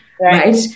right